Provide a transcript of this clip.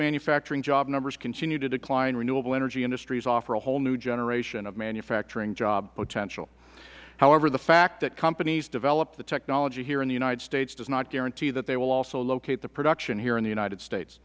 manufacturing job numbers continue to decline renewable energy industries offer a whole new generation of manufacturing job potential however the fact that companies develop the technology here in the united states does not guarantee that they will also locate the production here in the united states